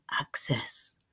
access